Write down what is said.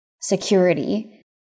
security